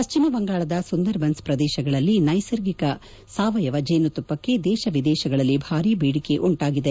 ಪಶ್ಚಿಮ ಬಂಗಾಳದ ಸುಂದರ್ಬನ್ಸ್ ಪ್ರದೇಶಗಳಲ್ಲಿ ನೈಸರ್ಗಿಕವಾಗಿ ತೆಗೆಯುವ ಸಾವಯವ ಜೇನುತುಪ್ಪಕ್ಕೆ ದೇಶ ವಿದೇಶಗಳಲ್ಲಿ ಭಾರೀ ಬೇದಿಕೆ ಉಂಟಾಗಿದೆ